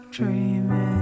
dreaming